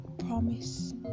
promise